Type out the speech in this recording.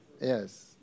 Yes